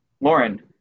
Lauren